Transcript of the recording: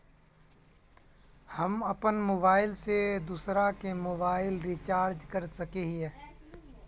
हम अपन मोबाईल से दूसरा के मोबाईल रिचार्ज कर सके हिये?